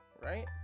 right